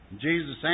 Jesus